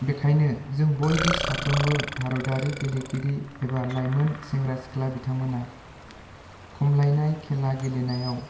बेनिखायनो जों बयबो साफ्रोमबो भारतआरि गेलेगिरि एबा लाइमोन सेंग्रा सिख्ला बिथांमोनहा खमलायनाय खेला गेलेनायाव